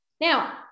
Now